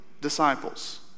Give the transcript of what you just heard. disciples